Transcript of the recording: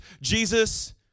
Jesus